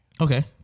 Okay